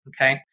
okay